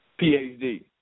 PhD